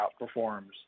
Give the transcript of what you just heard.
outperforms